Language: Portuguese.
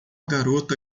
garota